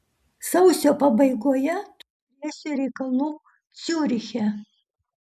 sausio pabaigoje turėsiu reikalų ciuriche